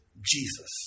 Jesus